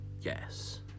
Yes